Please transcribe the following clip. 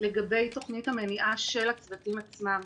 לגבי תוכנית המניעה של הצוותים עצמם.